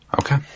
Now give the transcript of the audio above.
Okay